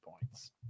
points